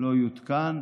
לא יותקן.